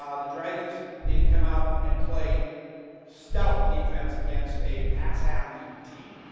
um the dragons need to come out and play stout defense against a pass happy team.